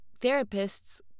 therapists